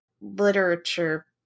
literature